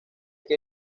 que